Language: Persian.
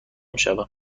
شوم